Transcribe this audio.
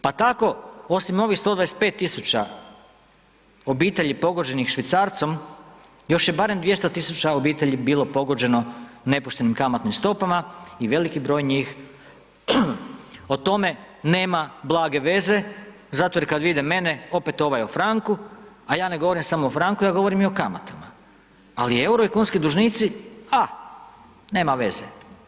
Pa tako osim ovih 125.000 obitelji pogođenih švicarcom još je barem 200.000 obitelji bilo pogođeno nepoštenim kamatnim stopama i veliki broj njih o tome nema blage veze zato jer kad vide mene, opet ovaj o franku, a ja ne govorim samo o franku, ja govorim i o kamatama, ali EUR-o i kunski dužnici, a nema veze.